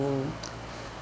to